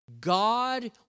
God